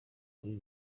kuri